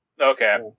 Okay